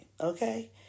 okay